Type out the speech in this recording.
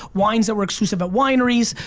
wines that were exclusive at wineries,